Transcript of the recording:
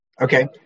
Okay